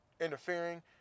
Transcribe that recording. interfering